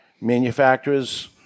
manufacturers